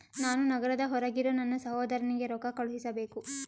ನಾನು ನಗರದ ಹೊರಗಿರೋ ನನ್ನ ಸಹೋದರನಿಗೆ ರೊಕ್ಕ ಕಳುಹಿಸಬೇಕು